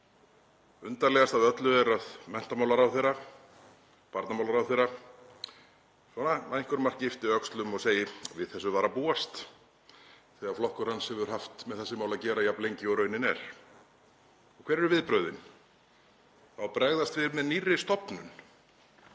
Undarlegast af öllu er að menntamálaráðherra og barnamálaráðherra svona að einhverju marki ypptu öxlum og segja að við þessu var að búast, þegar flokkur þeirra hefur haft með þessi mál að gera jafn lengi og raunin er. Og hver eru viðbrögðin? Það á að bregðast við með nýrri stofnun.